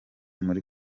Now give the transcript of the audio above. muri